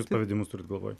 kokius pavedimus turit galvoj